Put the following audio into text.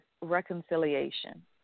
reconciliation